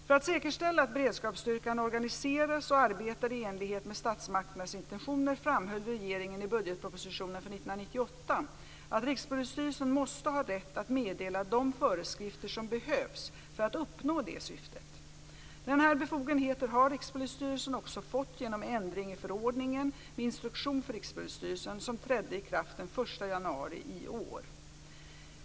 För att säkerställa att beredskapsstyrkan organiseras och arbetar i enlighet med statsmakternas intentioner framhöll regeringen i budgetpropositionen för 1998 att Rikspolisstyrelsen måste ha rätt att meddela de föreskrifter som behövs för att uppnå detta syfte. Denna befogenhet har Rikspolisstyrelsen också fått genom ändring i förordningen med instruktion för Rikspolisstyrelsen, som trädde i kraft den 1 januari i år.